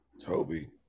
Toby